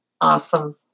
awesome